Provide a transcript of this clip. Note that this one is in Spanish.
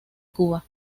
cuba